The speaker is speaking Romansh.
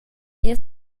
jeu